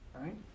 right